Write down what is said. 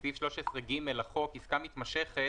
בסעיף 13(ג) לחוק, עסקה מתמשכת